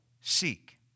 seek